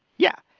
yeah.